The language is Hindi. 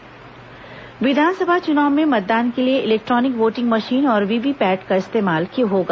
चुनाव वोटिंग मशीन विधानसभा चुनाव में मतदान के लिए इलेक्ट्रॉनिक वोटिंग मशीन और वीवीपैट का इस्तेमाल होगा